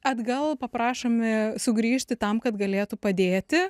atgal paprašomi sugrįžti tam kad galėtų padėti